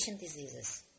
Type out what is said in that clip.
diseases